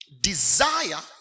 desire